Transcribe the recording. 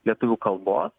lietuvių kalbos